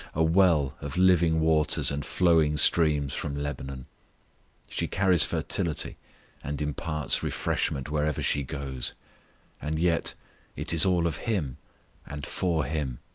a well of living waters and flowing streams from lebanon she carries fertility and imparts refreshment wherever she goes and yet it is all of him and for him.